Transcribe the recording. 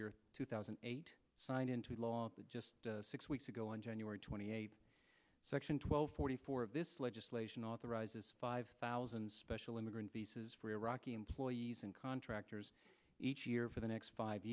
year two thousand and eight signed into law just six weeks ago on january twenty eighth section twelve forty four of this legislation authorizes five thousand special immigrant visas for iraqi employees and contractors each year for the next five